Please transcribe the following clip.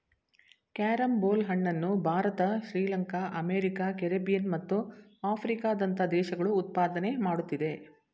carrom ಬೋಲ್ ಹಣ್ಣನ್ನು Bharat Sri Lanka America Caribbean ಮತ್ತು ಆಫ್ರಿಕಾದಂತಹ ದೇಶಗಳು ಉತ್ಪಾದನೆ ಮಾಡುತ್ತಿದೆ